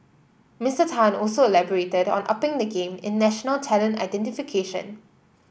Mister Tan also elaborated on upping the game in national talent identification